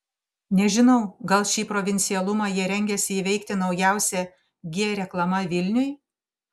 nežinau gal šį provincialumą jie rengiasi įveikti naujausia g reklama vilniui